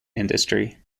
industry